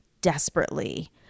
desperately